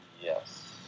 Yes